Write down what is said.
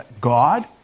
God